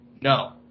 No